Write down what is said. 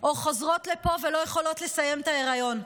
או חוזרות לפה ולא יכולות לסיים את ההיריון.